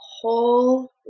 whole